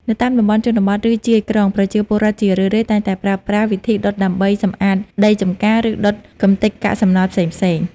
នៅតាមតំបន់ជនបទ ឬជាយក្រុង ប្រជាពលរដ្ឋជារឿយៗតែងតែប្រើប្រាស់វិធីដុតដើម្បីសម្អាតដីចម្ការ ឬដុតកម្ទេចកាកសំណល់ផ្សេងៗ។